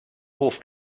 hof